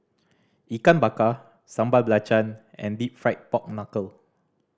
Ikan Bakar Sambal Belacan and Deep Fried Pork Knuckle